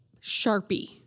sharpie